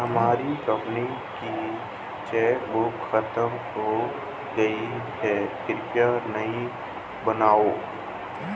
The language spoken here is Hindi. हमारी कंपनी की चेकबुक खत्म हो गई है, कृपया नई बनवाओ